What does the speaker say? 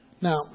Now